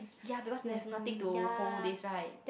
ya because there is nothing to hold this right